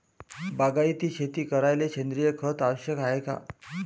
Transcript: बागायती शेती करायले सेंद्रिय खत आवश्यक हाये का?